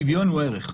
שוויון הוא ערך,